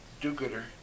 do-gooder